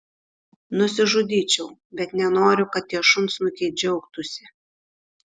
nusižudyčiau bet nenoriu kad tie šunsnukiai džiaugtųsi